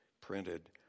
printed